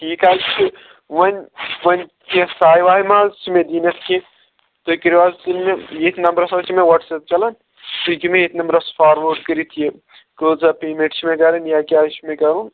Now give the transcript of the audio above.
ٹھیٖک حظ چھُ وۅنۍ وۅنۍ کیٚنٛہہ سےَ وےَ ما حظ چھِ مےٚ دِنۍ اَتھ کیٚنٛہہ تُہۍ کٔرِو حظ تیٚلہِ مےٚ ییٚتھۍ نمبرَس حظ چھُ مےٚ واٹس ایپ چَلان تُہۍ ہیٚکِو مےٚ ییٚتھۍ نمبرَس فاروٲرڈ کٔرِتھ یہِ کۭژاہ پیمٮ۪نٛٹ چھِ مےٚ کَرٕنۍ یا کیٛاہ چھُ مےٚ کَرُن